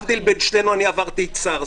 להבדיל, עברתי את סארס.